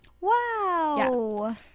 Wow